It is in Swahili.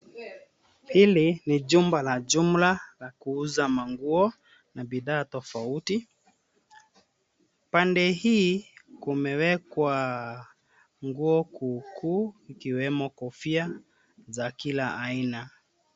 Hili jumba la jumla la kuuza manguo na bidhaa tofauti. Pande hii kumewekwa nguo kuu kuu ikiwemo kofia za kila aina.